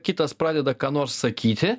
kitas pradeda ką nors sakyti